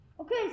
Okay